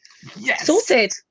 sorted